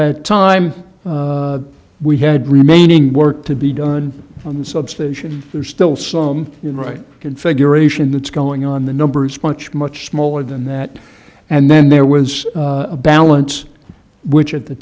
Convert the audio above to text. that time we had remaining work to be done on the substation there are still some you know right configuration that's going on the numbers punch much smaller than that and then there was a balance which at the